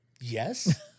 Yes